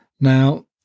Now